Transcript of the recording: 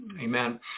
Amen